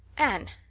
anne,